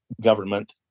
government